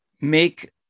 make